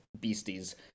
beasties